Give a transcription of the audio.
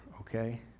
okay